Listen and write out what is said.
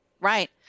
Right